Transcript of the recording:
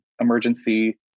emergency